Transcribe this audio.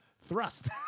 Thrust